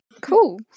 Cool